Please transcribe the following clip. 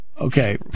Okay